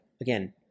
again